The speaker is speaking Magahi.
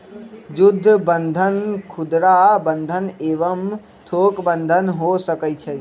जुद्ध बन्धन खुदरा बंधन एवं थोक बन्धन हो सकइ छइ